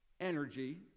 energy